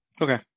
Okay